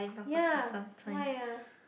ya why ah